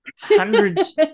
hundreds